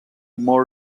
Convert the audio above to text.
more